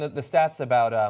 the stats about